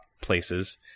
places